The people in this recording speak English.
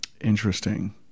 Interesting